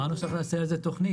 אמרנו שנעשה על זה תוכנית.